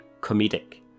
comedic